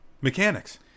mechanics